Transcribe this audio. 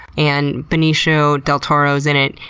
and benicio del toro's in it,